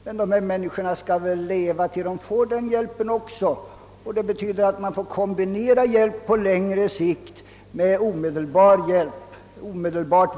Men dessa människor skall väl kunna leva tills de får den hjälpen, och det betyder att man måste kombinera en hjälp på längre sikt med omedelbart verkande åtgärder.